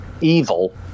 evil